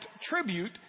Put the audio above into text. tribute